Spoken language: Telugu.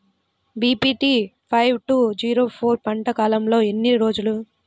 BPT five two zero four పంట కాలంలో ఎన్ని రోజులు?